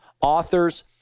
authors